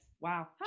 Wow